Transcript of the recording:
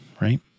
right